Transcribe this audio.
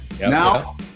Now